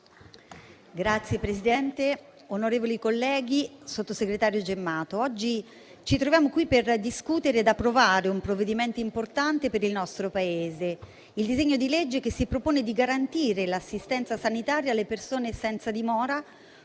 Signor Presidente, onorevoli colleghi, sottosegretario Gemmato, oggi ci troviamo qui a discutere e approvare un provvedimento importante per il nostro Paese. Il disegno di legge si propone di garantire l'assistenza sanitaria alle persone senza dimora,